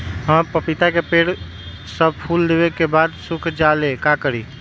हमरा पतिता के पेड़ सब फुल देबे के बाद सुख जाले का करी?